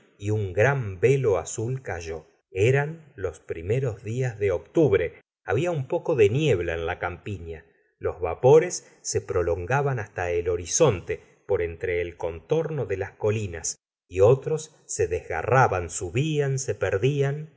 y su gran velo azul cayó eran los primeros días de octubre habla un poco de niebla en la pifia los vapores se prolongaban hasta el horizonte por entre el contorno de las colinas y otros se desgarraban subían se perdían